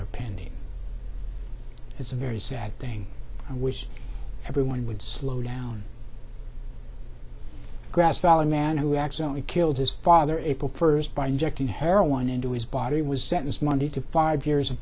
are pending it's a very sad thing i wish everyone would slow down grass valley man who accidentally killed his father april first by injecting heroin into his body was sentenced monday to five years of